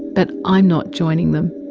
but i'm not joining them.